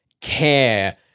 care